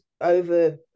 over